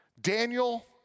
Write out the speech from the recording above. Daniel